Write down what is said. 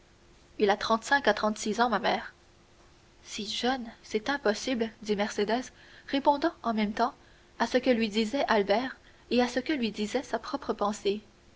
il a trente-cinq à trente-six ans ma mère si jeune c'est impossible dit mercédès répondant en même temps à ce que lui disait albert et à ce que lui disait sa propre pensée